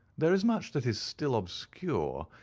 there is much that is still obscure,